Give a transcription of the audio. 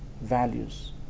values